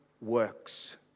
works